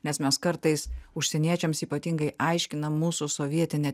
nes mes kartais užsieniečiams ypatingai aiškinam mūsų sovietinę